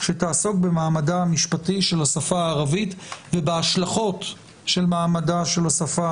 שתעסוק במעמדה המשפטי של השפה הערבית ובהשלכות של מעמדה של השפה